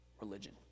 religion